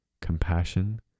compassion